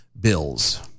bills